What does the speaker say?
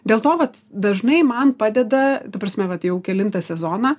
dėl to vat dažnai man padeda ta prasme vat jau kelintą sezoną